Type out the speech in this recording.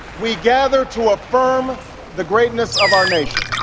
we gather to affirm the greatness of our nation.